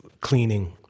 cleaning